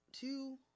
two